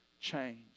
change